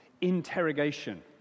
interrogation